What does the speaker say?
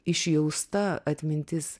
išjausta atmintis